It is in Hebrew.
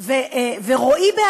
נא